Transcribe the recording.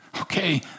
Okay